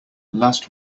last